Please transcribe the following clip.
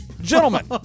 gentlemen